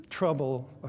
trouble